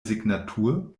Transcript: signatur